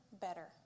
better